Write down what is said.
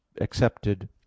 accepted